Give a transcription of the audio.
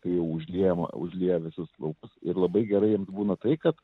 kai užliejama užlieja visus laukus ir labai gerai jiems būna tai kad